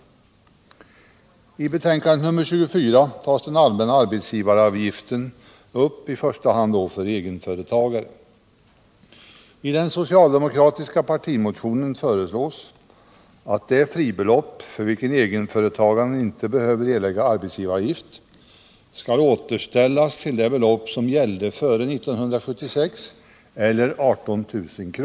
Finansdebatt Finansdebatt fribelopp för vilket egenföretagare inte behöver erlägga arbetsgivaravgift skall återställas till det belopp som gällde före 1976, eller 18 000 kr.